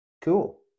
Cool